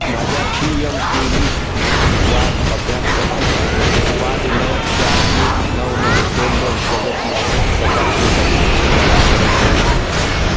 माझ्या P M K V Y अभ्यासक्रमाची पाच नऊ चार एक नऊ नऊ दोन दोन प्रगती तपासणीसाठी तुम्ही मला मदत करू शकता का